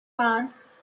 fonts